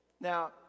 Now